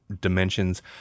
dimensions